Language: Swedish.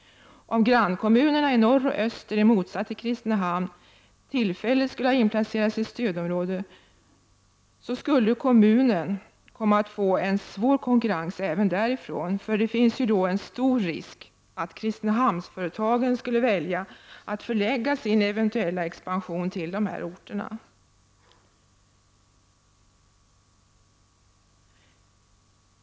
Om nu grannkommunerna i norr och öster i motsats till Kristinehamn tillfälligt skulle inplaceras i stödområde skulle kommunen komma att få svår konkurrens även därifrån, för stor risk finns att Kristinehamnsföretagen skulle välja att förlägga sin eventuella expansion till dessa orter.